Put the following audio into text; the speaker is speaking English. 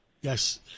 Yes